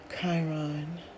Chiron